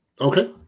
Okay